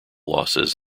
losses